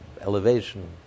elevation